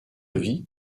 vie